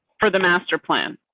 for the master plan.